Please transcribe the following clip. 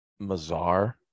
mazar